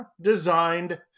designed